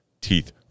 teeth